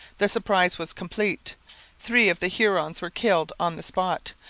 the surprise was complete three of the hurons were killed on the spot,